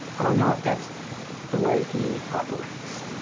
i don't know if that's the way he operates.